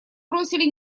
бросили